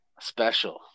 Special